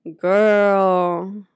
girl